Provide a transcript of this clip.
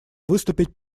выступить